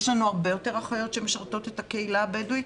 יש לנו הרבה יותר אחיות שמשרתות את הקהילה הבדואית.